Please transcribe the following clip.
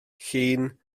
llun